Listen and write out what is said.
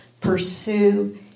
pursue